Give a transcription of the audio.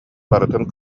барытын